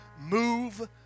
Move